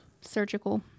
Surgical